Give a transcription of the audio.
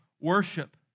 worship